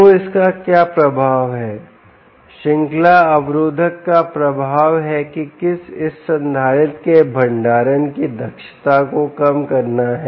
तो इसका क्या प्रभाव है श्रृंखला अवरोधक का प्रभाव है की किस इस संधारित्र के भंडारण की दक्षता को कम करना है